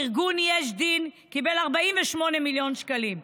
ארגון יש דין קיבל 48 מיליון שקלים.